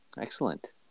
Excellent